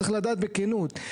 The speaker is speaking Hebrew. צריך לדעת בכנות,